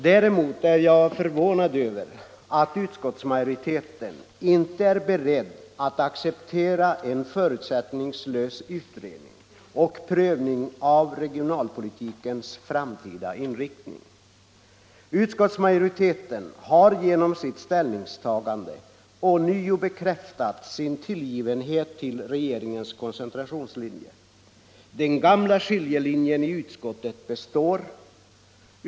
Däremot är jag förvånad över att utskottsmajoriteten inte är beredd att acceptera en förutsättningslös utredning och prövning av regionalpolitikens framtida inriktning. Utskottsmajoriteten har genom sitt ställningstagande ånyo bekräftat sin tillgivenhet för regeringens koncentrationslinje. Den gamla skiljelinjen i utskottet består.